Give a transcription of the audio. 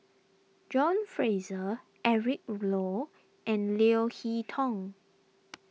John Fraser Eric Low and Leo Hee Tong